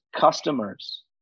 customers